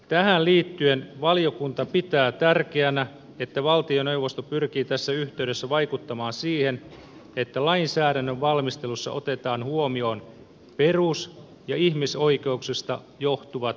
tähän liittyen valiokunta pitää tärkeänä että valtioneuvosto pyrkii tässä yhteydessä vaikuttamaan siihen että lainsäädännön valmistelussa otetaan huomioon perus ja ihmisoikeuksista johtuvat vaatimukset